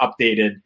updated